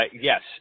yes